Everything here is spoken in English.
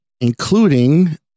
including